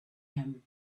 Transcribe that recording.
him